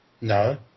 No